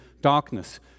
darkness